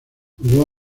jugó